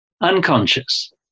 unconscious